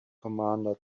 commander